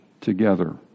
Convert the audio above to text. together